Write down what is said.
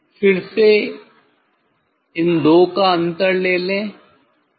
फिर से इन 2 का अंतर ले लें